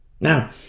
Now